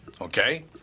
Okay